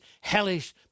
hellish